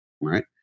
right